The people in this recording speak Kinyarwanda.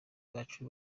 bacu